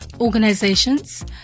organizations